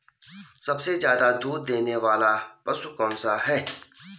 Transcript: सबसे ज़्यादा दूध देने वाला पशु कौन सा है?